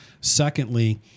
Secondly